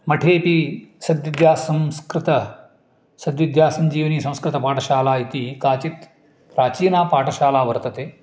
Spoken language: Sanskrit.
मठेऽपि सद्विद्यासंस्कृतं सद्विद्या सञ्जीविनि संस्कृतपाठशाला इति काचित् प्राचीना पाठशाला वर्तते